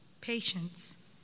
patience